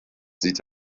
sieht